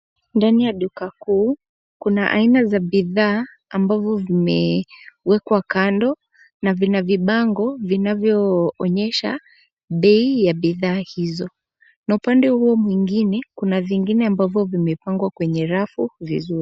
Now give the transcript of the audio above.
Ndani ya duka kuu, kuna aina za bidhaa ambazo vimewekwa kando na vina vibango vinavyoonyesha bei ya bidhaa hizo na upande huo mwingine kuna vingine ambavyo vimepangwa kwenye rafu vizuri.